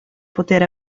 poter